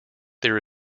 there